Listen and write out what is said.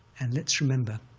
and let's remember